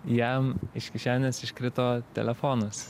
jam iš kišenės iškrito telefonas